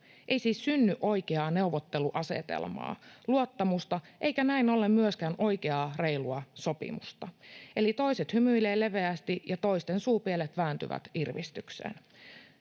Ei siis synny oikeaa neuvotteluasetelmaa, luottamusta eikä näin ollen myöskään oikeaa, reilua sopimusta. Eli toiset hymyilevät leveästi, ja toisten suupielet vääntyvät irvistykseen.